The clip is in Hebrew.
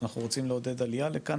אנחנו רוצים לעודד עלייה לכאן,